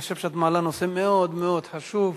אני חושב שאת מעלה נושא מאוד מאוד חשוב.